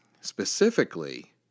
specifically